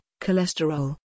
cholesterol